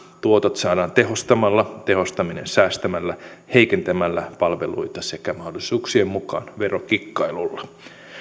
tuotot saadaan tehostamalla tehostaminen säästämällä heikentämällä palveluita sekä mahdollisuuksien mukaan verokikkailulla